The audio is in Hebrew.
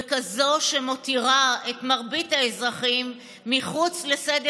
וכזו שמותירה את מרבית האזרחים מחוץ לסדר